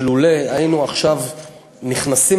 ולולא נכנסנו עכשיו לזה,